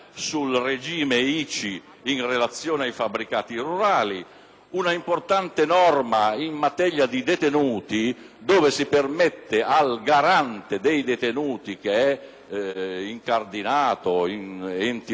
un'importante norma in materia di detenuti, con cui si permette al garante dei detenuti, che è presente in enti locali o Regioni, di poter accedere al colloquio